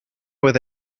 with